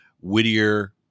Whittier